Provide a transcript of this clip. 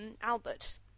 Albert